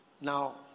Now